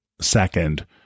second